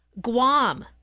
Guam